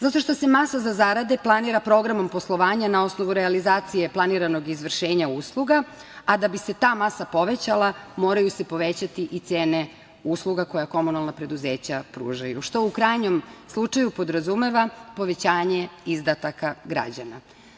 Zato što se masa za zarade planira programom poslovanja na osnovu realizacije planiranog izvršenja usluga, a da bi se ta masa povećala, moraju se povećati i cene usluga koje komunalna preduzeća pružaju, što u krajnjem slučaju podrazumeva povećanje izdataka građana.